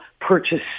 purchase